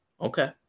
Okay